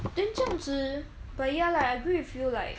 then 这样子 but ya lah I agree with you like